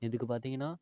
இதுக்கு பார்த்திங்கன்னா